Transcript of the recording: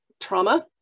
trauma